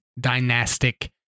dynastic